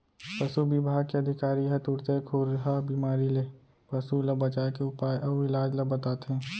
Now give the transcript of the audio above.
पसु बिभाग के अधिकारी ह तुरते खुरहा बेमारी ले पसु ल बचाए के उपाय अउ इलाज ल बताथें